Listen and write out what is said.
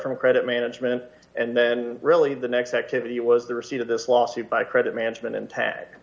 from credit management and then really the next activity was the receipt of this lawsuit by credit management a